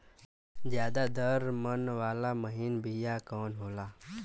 ज्यादा दर मन वाला महीन बिया कवन होला?